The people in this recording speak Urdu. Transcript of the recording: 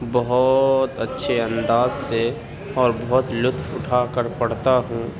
بہت اچھے انداز سے اور بہت لطف اٹھا کر پڑھتا ہوں